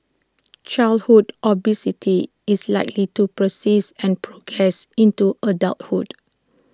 childhood obesity is likely to persist and progress into adulthood